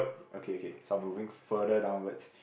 okay okay so I'm moving further downwards